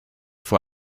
vor